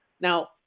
Now